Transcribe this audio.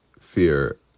fear